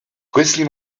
questi